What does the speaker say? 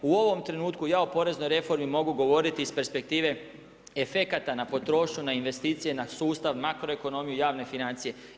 U ovom trenutku ja o poreznoj reformi mogu govoriti iz perspektive efekata na potrošnju, na investicije, na sustav, makroekonomiju, javne financije.